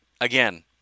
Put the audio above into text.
Again